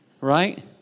Right